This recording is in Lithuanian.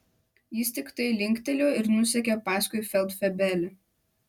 jis tiktai linktelėjo ir nusekė paskui feldfebelį